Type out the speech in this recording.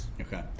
Okay